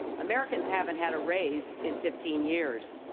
americans haven't had a raise in fifteen years.